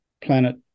planet